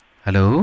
Hello